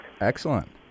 Excellent